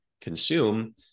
consume